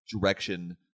direction